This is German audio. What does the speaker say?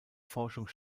forschung